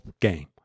game